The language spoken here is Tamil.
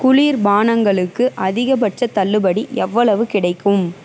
குளிர்பானங்களுக்கு அதிகபட்சத் தள்ளுபடி எவ்வளவு கிடைக்கும்